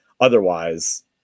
Otherwise